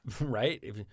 Right